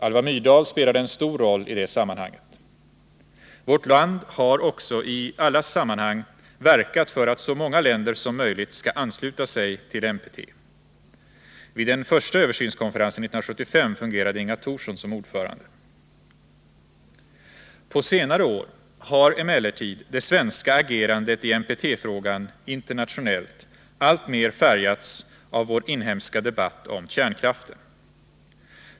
Alva Myrdal spelade en stor roll i det sammanhanget. Vårt land har också i alla sammanhang verkat för att så många länder som möjligt skall ansluta sig till NPT. Vid den första översynskonferensen 1975 fungerade Inga Thorsson som ordförande. På senare år har emellertid det svenska agerandet internationellt i NPT-frågan alltmer färgats av vår inhemska debatt om kärnkraften.